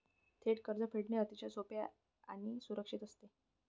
थेट कर्ज फेडणे अतिशय सोपे आणि सुरक्षित असते